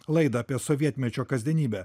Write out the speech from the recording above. laidą apie sovietmečio kasdienybę